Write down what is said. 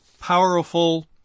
powerful